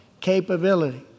capability